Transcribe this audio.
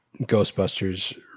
Ghostbusters